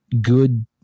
good